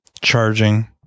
charging